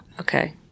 okay